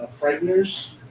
Frighteners